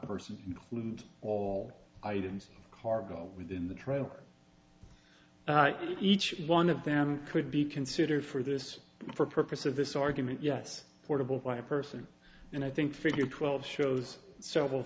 person include all items cargo within the trailer each one of them could be considered for this purpose of this argument yes portable by person and i think figure twelve shows several of